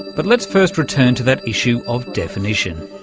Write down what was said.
but let's first return to that issue of definition.